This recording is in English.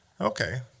Okay